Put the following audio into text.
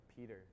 Peter